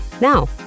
Now